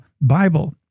Bible